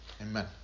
Amen